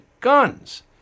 Guns